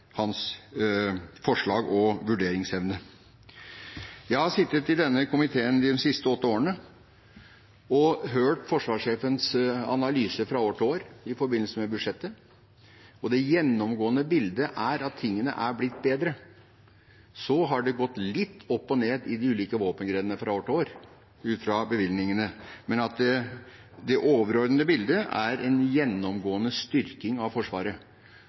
hans forslag og vurderingsevne. Jeg har sittet i denne komiteen de siste åtte årene og hørt forsvarssjefens analyse fra år til år i forbindelse med budsjettet, og det gjennomgående bildet er at tingene er blitt bedre. Så har det gått litt opp og ned i de ulike våpengrenene fra år til år ut fra bevilgningene, men det overordnede bildet er en gjennomgående styrking av Forsvaret.